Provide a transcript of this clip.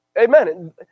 Amen